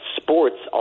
sports